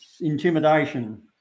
intimidation